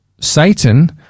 Satan